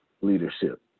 leadership